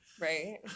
Right